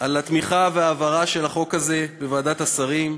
על התמיכה וההעברה של החוק הזה בוועדת השרים,